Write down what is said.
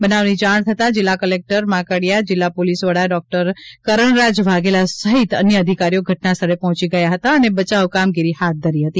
બનાવની જાણ થતાં જિલ્લા ક્લેક્ટર માંકડીયા જિલ્લા પોલીસ વડા ડોક્ટર કરણરાજ વાઘેલા સહિત અન્ય અધિકારીઓ ઘટના સ્થળે પહોંચી ગયા હતા અને બચાવ કામગીરી હાથ ધરી હતી